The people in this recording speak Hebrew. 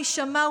מי שמע,